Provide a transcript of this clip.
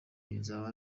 bizaba